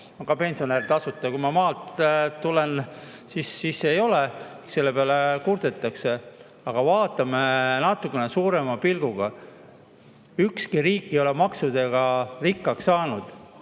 [üht-teist] tasuta. Kui ma maalt tulen, siis ei ole, ja selle peale kurdetakse. Aga vaatame natukene [avarama] pilguga. Ükski riik ei ole maksudega rikkaks saanud.